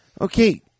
Okay